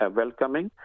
welcoming